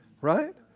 right